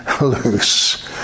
loose